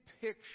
picture